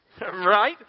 right